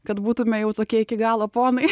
kad būtume jau tokie iki galo ponai